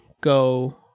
go